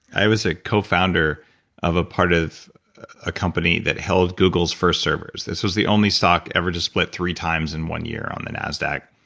i was a cofounder of a part of a company that held google's first servers. this is the only stock ever to split three times in one year on the nasdaq.